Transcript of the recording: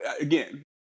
again